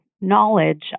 knowledge